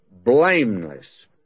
blameless